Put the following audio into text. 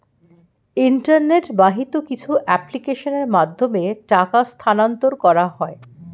internet বাহিত কিছু অ্যাপ্লিকেশনের মাধ্যমে টাকা স্থানান্তর করা হয়